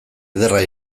ederra